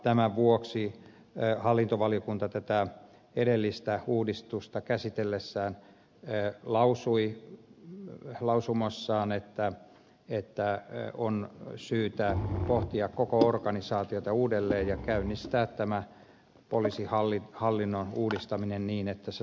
tämän vuoksi hallintovaliokunta tätä edellistä uudistusta käsitellessään lausui lausumassaan että on syytä pohtia koko organisaatiota uudelleen ja käynnistää tämä poliisihallinnon uudistaminen niin että se saataisiin kaksiportaiseksi